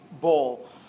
ball